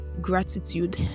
gratitude